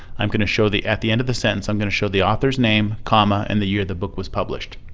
i'm going to show the at the end of the sentence i'm going to show the author's name comma and the year the book was published.